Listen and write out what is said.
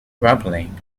grumbling